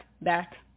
back